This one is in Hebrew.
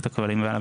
הרשימות האלה,